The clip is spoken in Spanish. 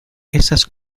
esas